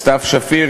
סתיו שפיר,